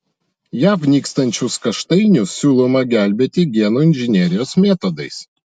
jav nykstančius kaštainius siūloma gelbėti genų inžinerijos metodais